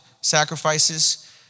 sacrifices